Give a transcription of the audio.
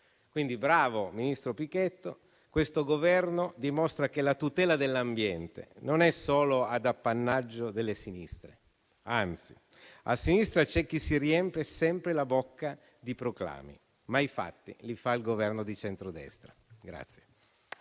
Quindi, bravo ministro Pichetto, questo Governo dimostra che la tutela dell'ambiente non è solo ad appannaggio delle sinistre; anzi, a sinistra c'è chi si riempie sempre la bocca di proclami, ma i fatti li fa il Governo di centrodestra.